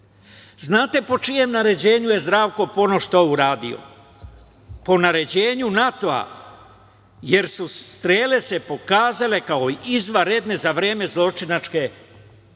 Znate po čijem naređenju je Zdravko Ponoš to uradio? Po naređenju NATO-a, jer su se strele pokazale kao izvanredne za vreme zločinačke NATO